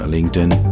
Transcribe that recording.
LinkedIn